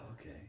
okay